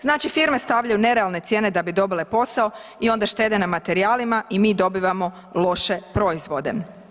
Znači firme stavljaju nerealne cijene da bi dobile posao i onda štede na materijalima i mi dobivamo loše proizvode.